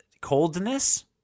coldness